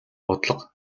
бодлого